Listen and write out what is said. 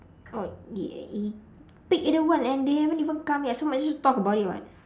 oh ya pick either one and they haven't even come yet so might as well talk about it [what]